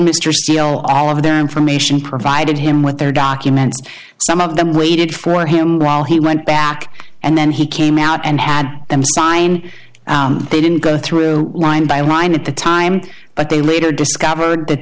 mr seale all of their information provided him with their documents some of them waited for him while he went back and then he came out and had them sign they didn't go through line by line at the time but they later discovered that